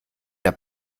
der